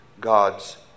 God's